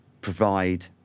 provide